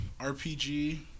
rpg